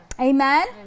Amen